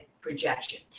projection